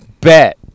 Bet